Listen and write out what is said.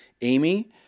Amy